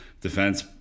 defense